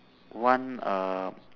one uh